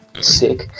sick